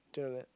do you know that